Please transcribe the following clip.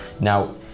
now